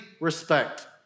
respect